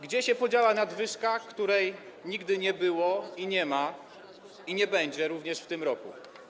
Gdzie się podziała nadwyżka, której nigdy nie było i nie ma, i nie będzie również w tym roku?